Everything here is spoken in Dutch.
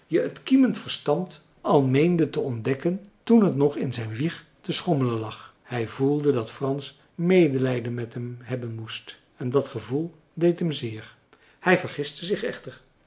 het kiemend verstand al meendet te ontdekken toen het nog in zijn wieg te schommelen lag hij voelde dat frans medelijden met hem hebben moest en dat gevoel deed hem zeer hij vergiste zich echter